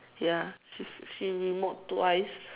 ya she she remod twice